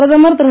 பிரதமர் திரு